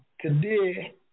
Today